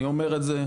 אני אומר את זה,